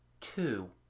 Two